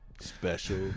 special